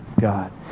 God